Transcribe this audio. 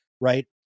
right